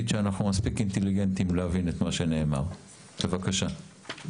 חנן פרץ, בבקשה.